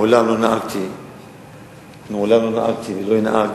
3. מעולם לא נהגתי ולא אנהג